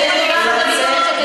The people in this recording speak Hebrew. אני מבקשת לצאת מהאולם.